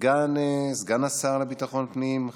סגן השר לביטחון פנים,